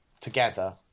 together